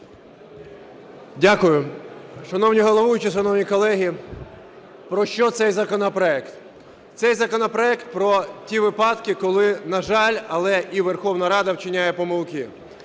Дякую. Шановний головуючий, шановні колеги! Про що цей законопроект? Цей законопроект про ті випадки, коли, на жаль, але і Верховна Рада вчиняє помилки.